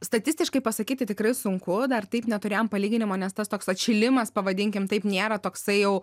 statistiškai pasakyti tikrai sunku dar taip neturėjom palyginimo nes tas toks atšilimas pavadinkim taip nėra toksai jau